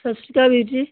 ਸਤਿ ਸ਼੍ਰੀ ਅਕਾਲ ਵੀਰ ਜੀ